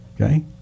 Okay